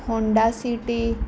Honda city